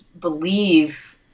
believe